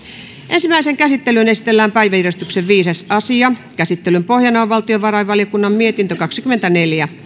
ensimmäiseen käsittelyyn esitellään päiväjärjestyksen viides asia käsittelyn pohjana on valtiovarainvaliokunnan mietintö kaksikymmentäneljä